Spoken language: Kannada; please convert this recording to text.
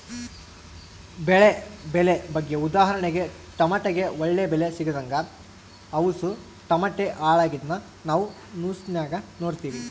ಬೆಳೆ ಬೆಲೆ ಬಗ್ಗೆ ಉದಾಹರಣೆಗೆ ಟಮಟೆಗೆ ಒಳ್ಳೆ ಬೆಲೆ ಸಿಗದಂಗ ಅವುಸು ಟಮಟೆ ಹಾಳಾಗಿದ್ನ ನಾವು ನ್ಯೂಸ್ನಾಗ ನೋಡಿವಿ